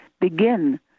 begin